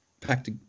packed